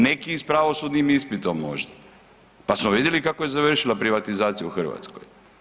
Neki s pravosudnim ispitom možda pa smo vidjeli kako je završila privatizacija u Hrvatskoj.